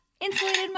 Insulated